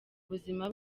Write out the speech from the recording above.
ubuzima